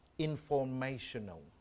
Informational